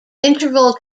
interval